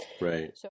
Right